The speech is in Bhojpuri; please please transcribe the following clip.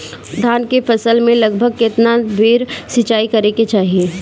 धान के फसल मे लगभग केतना बेर सिचाई करे के चाही?